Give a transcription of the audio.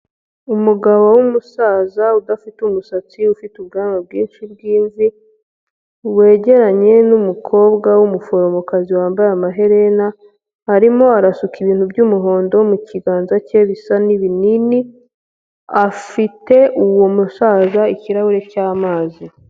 Umugabo w'umusaza udafite umusatsi, ufite ubwanwa bwinshi bw'imvi, wegeranye n'umukobwa w'umuforomo kazi wambaye amaherena, arimo arasuka ibintu by'umuhondo mu kiganza cye bisa n'ibinini, afite uwo musaza ikirahure cy'amazi.